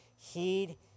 Heed